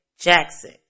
Jackson